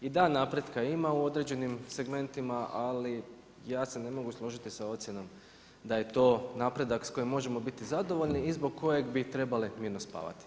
I da, napretka ima u određenim segmentima, ali ja se ne mogu složiti sa ocjenom da je to napredak sa kojim možemo biti zadovoljni i zbog kojeg bi trebali mirno spavati.